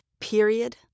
period